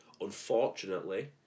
unfortunately